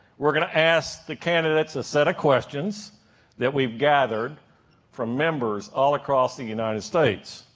we're gonna ask the candidates a set of questions that we've gathered from members all across the united states.